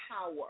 power